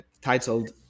titled